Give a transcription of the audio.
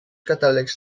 catàlegs